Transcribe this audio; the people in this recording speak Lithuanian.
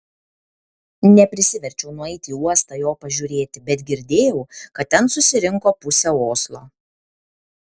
neprisiverčiau nueiti į uostą jo pažiūrėti bet girdėjau kad ten susirinko pusė oslo